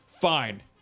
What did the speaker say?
Fine